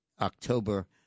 October